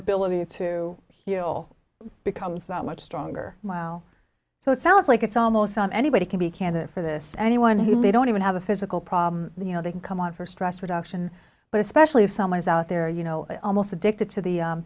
ability to heal becomes that much stronger wow so it sounds like it's almost anybody can be candidate for this anyone who leave don't even have a physical problem you know they can come on for stress reduction but especially if someone's out there you know almost addicted to the